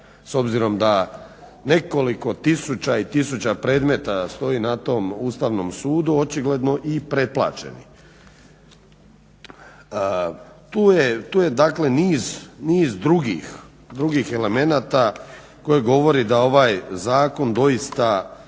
s obzirom da nekoliko tisuća i tisuća predmeta stoji na tom Ustavnom sudu očigledno i preplaćeni. Tu je dakle niz drugih elemenata koji govore da ovaj zakon doista